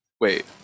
wait